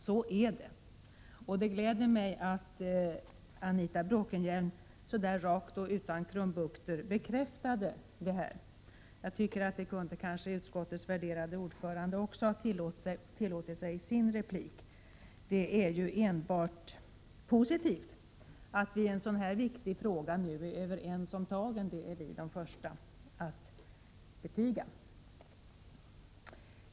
Så är det, och det gläder mig att Anita Bråkenhielm rakt på sak och utan krumbukter bekräftade det. Det kunde kanske också utskottets värderade ordförande ha tillåtit sig att göra. Det är ju enbart positivt att vi i en så här viktig fråga nu är överens om tagen — det är vi de första att betyga.